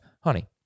Honey